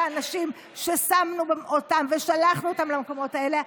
אנשים ששמנו אותם ושלחנו אותם למקומות האלה,